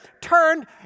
turned